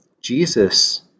Jesus